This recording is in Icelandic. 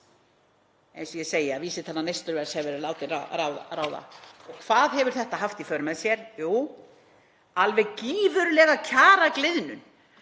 eins og ég segi, að vísitala neysluverðs hefur verið látin ráða. Og hvað hefur þetta haft í för með sér? Jú, alveg gífurlega kjaragliðnun,